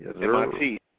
MIT